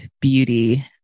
beauty